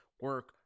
Work